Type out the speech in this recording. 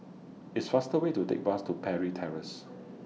It's faster Way to Take Bus to Parry Terrace